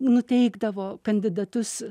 nuteikdavo kandidatus